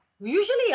usually